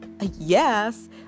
yes